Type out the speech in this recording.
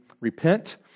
repent